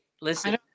listen